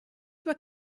were